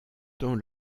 dans